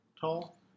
tall